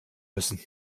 müssen